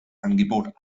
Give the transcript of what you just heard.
angebot